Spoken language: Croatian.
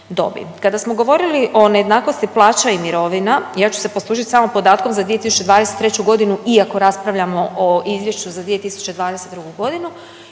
Kada smo govorili i nejednakosti plaća i mirovina, ja ću se poslužit samo podatkom za 2023. godinu iako raspravljamo o izvješću za 2022. godinu